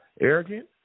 arrogant